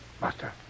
Master